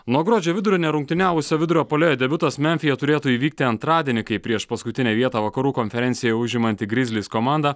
nuo gruodžio vidurio nerungtyniavusio vidurio puolėjo debiutas memfyje turėtų įvykti antradienį kai priešpaskutinę vietą vakarų konferencijoje užimanti grizlis komanda